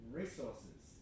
resources